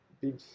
big